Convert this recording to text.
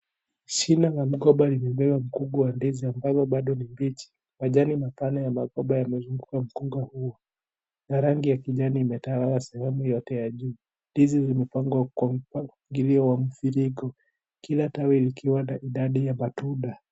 Shina la mgomba lililobeba mkunga wa ndizi ambazo bado ni mbichi . Majani mapana yamezunguka mkunga huo na rangi ya kijani imetawala sehemu yote ya juu . ndizi zimepangwa kwa mpangilio wa mviringo . Kila tawi likiwa na idadi ya matunda